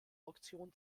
auktion